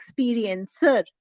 experiencer